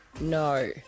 no